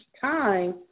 time